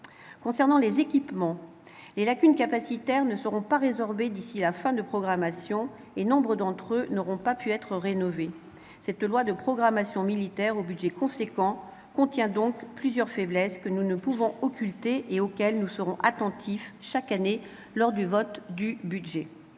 Concernant les équipements, les lacunes capacitaires ne seront pas résorbées d'ici à la fin de la programmation, et nombre d'entre eux n'auront pas pu être rénovés. Cette loi de programmation militaire, au budget important, contient donc plusieurs faiblesses que nous ne pouvons occulter et auxquelles nous serons attentifs chaque année lors du vote du budget.